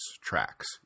tracks